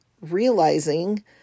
realizing